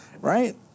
right